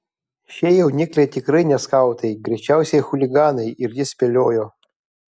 šie jaunikliai tikrai ne skautai greičiausiai chuliganai ir jis spėliojo